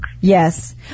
Yes